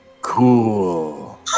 cool